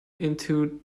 into